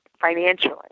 financially